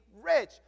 rich